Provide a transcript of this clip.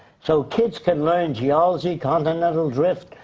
so kids can learn geology, continental drift,